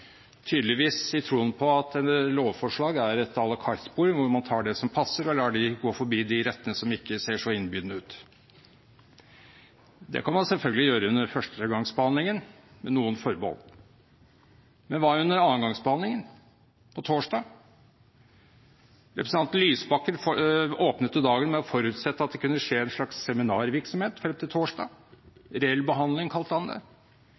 tydeligvis i troen på at lovforslag er et à la carte-bord hvor man tar det som passer, og går forbi de rettene som ikke ser så innbydende ut. Det kan man selvfølgelig gjøre under førstegangsbehandlingen – med noen forbehold – men hva med under andregangsbehandlingen på torsdag? Representanten Lysbakken åpnet dagen med å forutsette at det kunne skje en slags seminarvirksomhet frem til torsdag – reell behandling,